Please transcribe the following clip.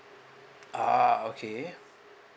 ah okay